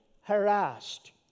harassed